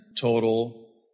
total